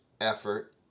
effort